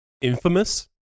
Infamous